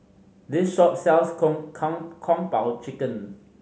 this shop sells Kung Po Chicken